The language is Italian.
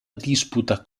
disputa